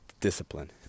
discipline